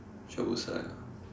Somerset